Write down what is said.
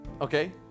okay